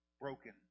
Broken